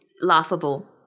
laughable